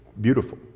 beautiful